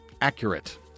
accurate